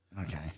Okay